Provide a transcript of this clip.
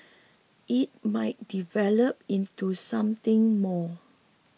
it might develop into something more